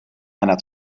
einer